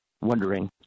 wondering